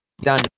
done